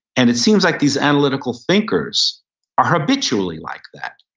and it seems like these analytical thinkers are habitually like that.